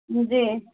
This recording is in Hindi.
जी